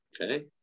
Okay